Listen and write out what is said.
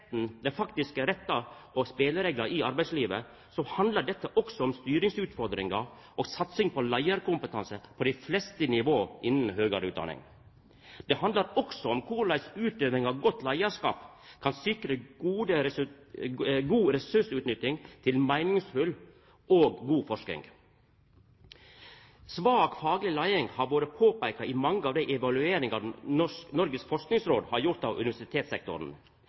faktiske rettar og spelereglar i arbeidslivet, handlar dette også om styringsutfordingar og satsing på leiarkompetanse på dei fleste nivå innan høgare utdanning. Det handlar også om korleis utøving av godt leiarskap kan sikra god ressursutnytting til meiningsfull og god forsking. Svak fagleg leiing har vore påpeika i mange av dei evalueringane Noregs forskingsråd har gjort av universitetssektoren.